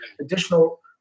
additional